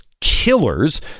killers